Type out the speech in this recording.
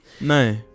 No